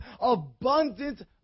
abundant